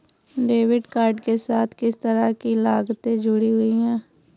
Debit card के साथ किस तरह की लागतें जुड़ी हुई हैं?